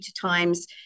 times